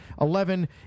Eleven